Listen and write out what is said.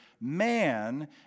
man